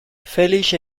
felix